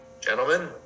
gentlemen